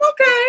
okay